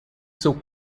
seu